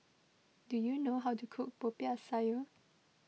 do you know how to cook Popiah Sayur